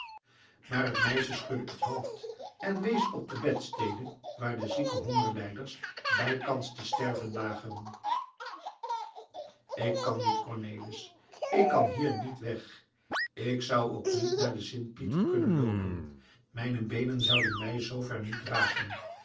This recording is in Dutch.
maar het meiske schudde het hoofd en wees op de bedstede waarin de zieke hongerlijders bijkans te sterven lagen ik kan niet cornelis ik kan hier niet weg ik zou ook niet naar de sint pieter kunnen loopen mijne beenen zouden mij zoover niet dragen